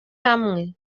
hamwe